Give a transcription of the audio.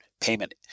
payment